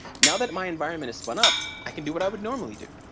now that my environment is spun up, i can do what i would normally do,